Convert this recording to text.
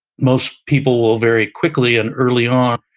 most people will very quickly and early on,